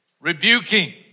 rebuking